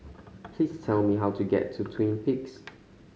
please tell me how to get to Twin Peaks